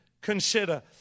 consider